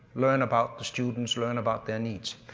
learn about the students, learn about their needs.